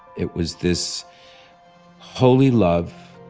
it was this holy love